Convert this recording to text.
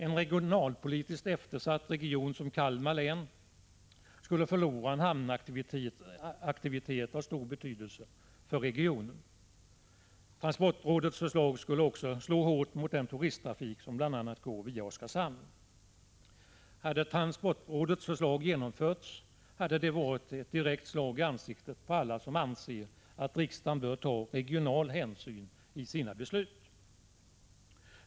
En regionalpolitiskt eftersatt region som Kalmar län skulle förlora en hamnaktivitet av stor betydelse för regionen. Transportrådets förslag skulle också slå hårt mot den turisttrafik som bl.a. går via Oskarshamn. Hade transportrådets förslag genomförts hade det varit ett direkt slag i ansiktet på alla som anser att riksdagen bör ta regionala hänsyn i sina beslut.